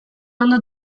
ondo